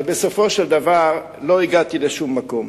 ובסופו של דבר לא הגעתי לשום מקום.